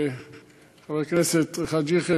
חבר הכנסת חאג' יחיא,